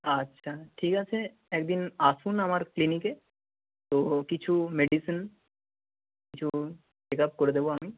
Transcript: আচ্ছা ঠিক আছে একদিন আসুন আমার ক্লিনিকে তো কিছু মেডিসিন কিছু চেক আপ করে দেব আমি